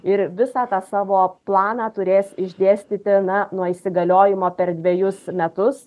ir visą tą savo planą turės išdėstyti na nuo įsigaliojimo per dvejus metus